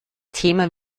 thema